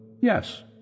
Yes